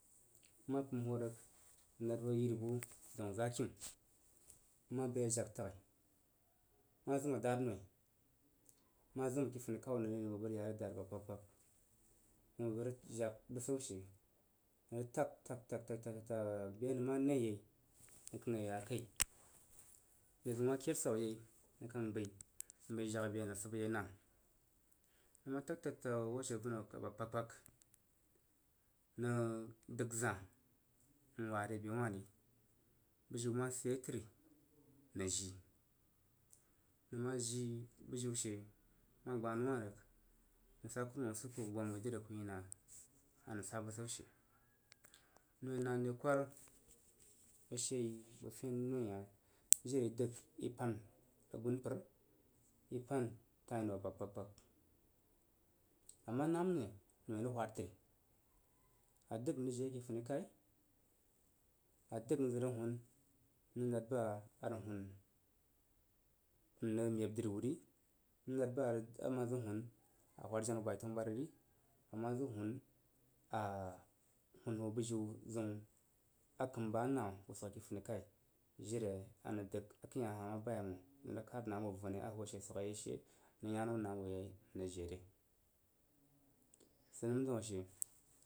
Mma pəm hoo rəg anad ho yiri bu daun zakim m ma bəi a jag tagh, ma zim a dad noi ma zim ake funikau nənre nəng bəg bəg rə ya re dad aba kpag kpag nəng bəg bəg rəg jag bəsan she nəng ma tag rəg tag tag be nəng nəi rəg yei nəng kan ye ya kai be zən ma ked swab yei nəng kang bəi n bəi jag abe nəng sibə yei nan nən ma tag tag tag hoo ashe yurəg apa kpakpag, nəng dəg za'ah n waa re be wa ri budin ma sidyei təri nəng jii. Nəng ma jii bəjiu ma gbah nəu wah rəg nəg sa kuramam usuko bəg gbama a ku yi nah anən sa bəsaushe noi na re kwar bəg she yi bəg fen yi noi hah jiri a i dəg i pan asunpər i pan tai nənaba kpagkpag. A ma namnoi, norəg. whad təri a dəg n rəg jii yei ke funi kau a dəgn zə rəg hun n rəg nad ba a rəg hun n rəg meb dri wuri n rəg nad ba ama zod hun a whad jena wu bai tanu bariri ama zəg hun a hunho bəjiu zəun a kəm bəg a nanihobəi ake funikau. Jiri anəng dəg akəin hah a hah ma bayei məng nəg rəɔ kad na bovoni anən hoo ashe swagyein rəg yan na bo ye n rəg jii re sid nəm dau ashe